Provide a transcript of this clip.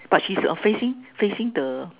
but she is a facing facing the